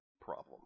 problem